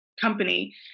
company